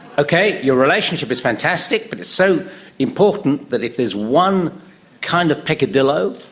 okay, your relationship is fantastic, but it's so important that if there is one kind of peccadillo,